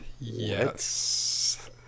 Yes